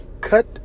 Cut